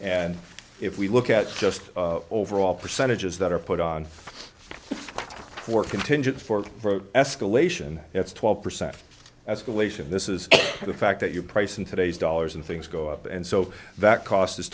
and if we look at just overall percentages that are put on contingent for escalation it's twelve percent escalation this is the fact that you price in today's dollars and things go up and so that cost is